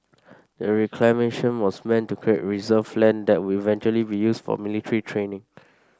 the reclamation was meant to create reserve land that would eventually be used for military training